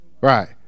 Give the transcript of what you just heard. Right